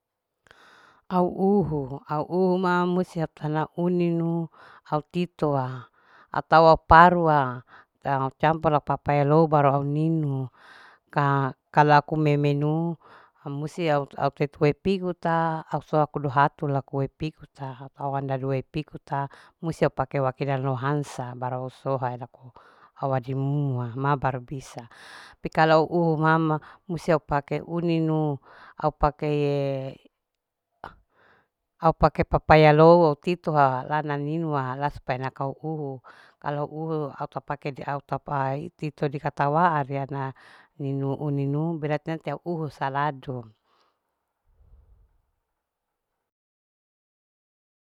Au uho. au uho ma musti au tana uninu au titoa atau au parua campura la papaya loba rau au ninu. Ka kala ku memenu musti au tetue pigu ta au soa kudu hatu lakue piku ta au handa due pikuta musti au pake lau kide lou hansa baru soha laku au adimua ma baru bisa tapi kalu uhu mama musti au pake uninu au pake ye au pake papaya low au titoha rana ninua la supaya naka uhu kalau uhu auta pake de au ta paha tito de katawaa de ana karna ninu uninu berarti nanti au uhu saladu.